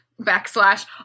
Backslash